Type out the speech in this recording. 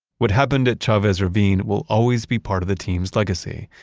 what happened at chavez ravine will always be part of the team's legacy,